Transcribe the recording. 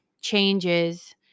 changes